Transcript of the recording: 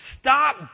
Stop